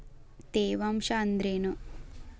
ತೇವಾಂಶ ಅಂದ್ರೇನು?